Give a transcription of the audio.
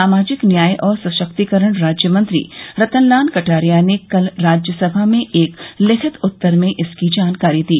सामाजिक न्याय और सशक्तिकरण राज्यमंत्री रतनलाल कटारिया ने कल राज्य सभा में एक लिखित उत्तर में इसकी जानकारी दी